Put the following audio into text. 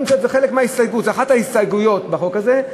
וזו אחת ההסתייגויות בחוק הזה,